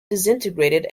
disintegrated